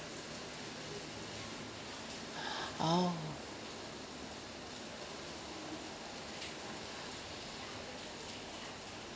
oh